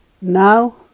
Now